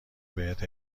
بهت